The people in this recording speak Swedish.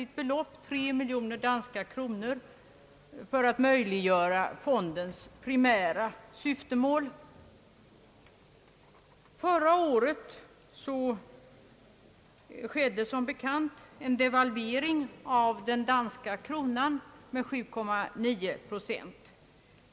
Det beloppet bedömdes vara lämpligt för att möjliggöra fondens primära syfte. Förra året devalverades som bekant den danska kronan med 7,9 procent.